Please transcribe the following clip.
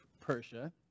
Persia